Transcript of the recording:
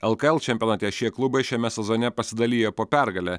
lkl čempionate šie klubai šiame sezone pasidalijo po pergalę